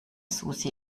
susi